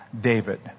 David